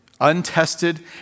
untested